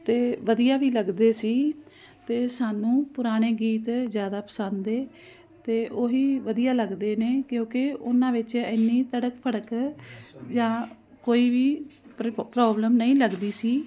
ਅਤੇ ਵਧੀਆ ਵੀ ਲੱਗਦੇ ਸੀ ਅਤੇ ਸਾਨੂੰ ਪੁਰਾਣੇ ਗੀਤ ਜ਼ਿਆਦਾ ਪਸੰਦ ਏ ਅਤੇ ਉਹੀ ਵਧੀਆ ਲੱਗਦੇ ਨੇ ਕਿਉਂਕਿ ਉਹਨਾਂ ਵਿੱਚ ਇੰਨੀ ਤੜਕ ਭੜਕ ਜਾਂ ਕੋਈ ਵੀ ਪ੍ਰ ਪ੍ਰੋਬਲਮ ਨਹੀਂ ਲੱਗਦੀ ਸੀ